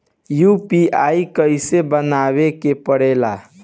UPI कइसे बनावे के परेला?